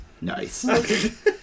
Nice